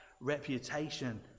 reputation